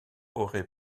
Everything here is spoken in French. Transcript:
aurait